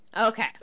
Okay